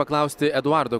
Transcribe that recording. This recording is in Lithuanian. paklausti eduardo